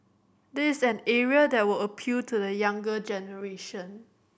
there is an area that would appeal to the younger generation